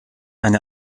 eine